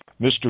Mr